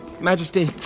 Majesty